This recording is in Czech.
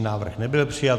Návrh nebyl přijat.